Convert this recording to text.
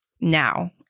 now